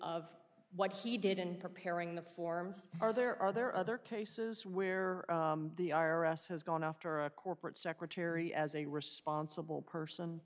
of what he did in preparing the forms are there are there other cases where the i r s has gone after a corporate secretary as a responsible person